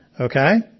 Okay